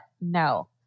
no